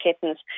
kittens